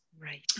right